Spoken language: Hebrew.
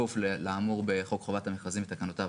"בכפוף לאמור בחוק חובת המכרזים ותקנותיו",